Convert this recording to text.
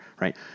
right